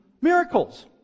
miracles